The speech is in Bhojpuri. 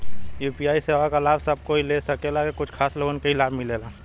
यू.पी.आई सेवा क लाभ सब कोई ले सकेला की कुछ खास लोगन के ई लाभ मिलेला?